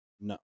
No